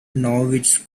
norwich